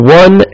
one